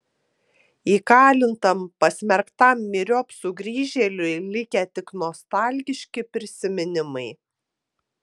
įkalintam pasmerktam myriop sugrįžėliui likę tik nostalgiški prisiminimai